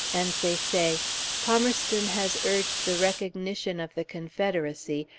and they say palmerston has urged the recognition of the confederacy,